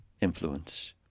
influence